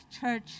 Church